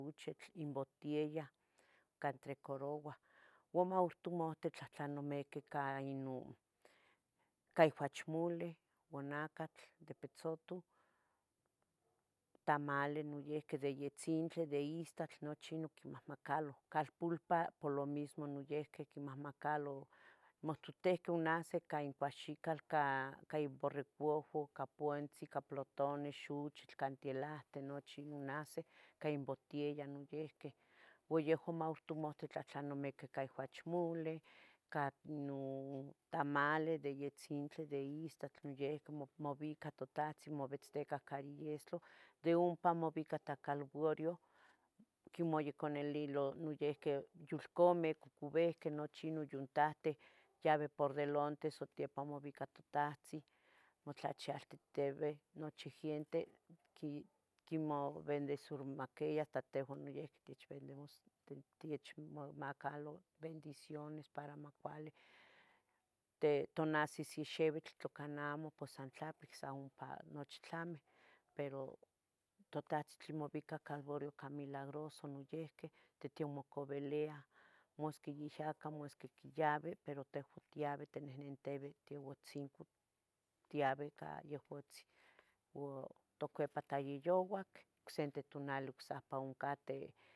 xochitl in botiella quentrecarouah uan moualtomahtih tlahtlanomiqui caino, cah uachmule ua nacatl de pitzutoh, tamale noihqui de yetzintli de istaltl nochi nun oquimahamacaloh calpulpa po lo mismo noiuqui quimahmacalo mihtotihqueh onahsi cah incuaxical cah cah iburrecoujo capuntzi cah plotones xuchitl cantielahteh nochi non ahsih cah in botiella noiqui ua yeh moualtomaitu tla tlenoh miqui cah uachmuleh cah nnun tamales de yetzintli, de istatl yec mobica totahtzin mobitzticah caiyestlo de ompa mobica ta coulvario quimoyecanililo noyiqui yulcameh cucubehque, nochi nuyuntahte yabeh por delante, satepan mibica totahtzin, motlachialtitibe nochi giente qui quimobendecirmaquia hasta tehuan noiqui techbendecios techmaca lo bendiciones para maccuali te tonahsis in xiuitl tlacamo san tlapic san ompa nochi tlami, pero totahtzin tle mobica calvuario milagroso noiyihqui tetiocomobiliah masqui ahyaca, masqui quiyaui, pero tehua tiaueh tinihnitibeh tayauatzinco tiabeh icah Yehuatzi, ua toquepa ta yayouac ocsente tonali ocsehpa oncateh